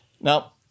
Now